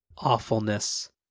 awfulness